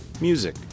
music